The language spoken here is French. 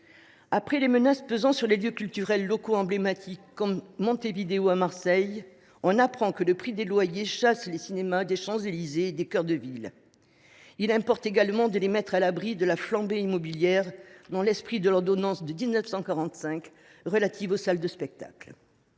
Après les menaces pesant sur des lieux culturels locaux emblématiques comme Montévidéo à Marseille, on apprend que le prix des loyers chasse les cinémas des Champs Élysées et des cœurs de ville. Il importe donc de les mettre à l’abri de la flambée immobilière, conformément à l’esprit de l’ordonnance de 1945 relative aux spectacles.